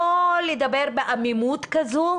לא לדבר בעמימות כזו,